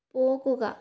പോകുക